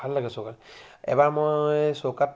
ভাল লাগে চৌকাত এবাৰ মই চৌকাত